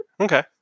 Okay